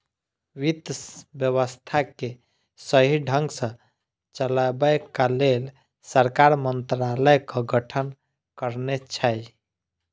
वित्त व्यवस्था के सही ढंग सॅ चलयबाक लेल सरकार मंत्रालयक गठन करने छै